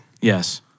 Yes